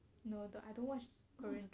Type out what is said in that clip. no I don't I don't watch korean drama